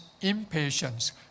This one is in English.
impatience